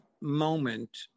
moment